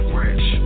rich